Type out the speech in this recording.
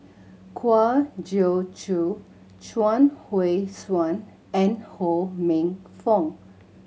Kwa Geok Choo Chuang Hui Tsuan and Ho Minfong